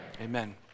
Amen